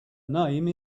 name